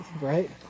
Right